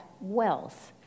wealth